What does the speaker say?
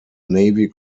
navy